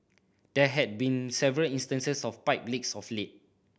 there have been several instances of pipe leaks of late